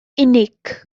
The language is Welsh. unig